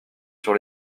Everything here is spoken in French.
sur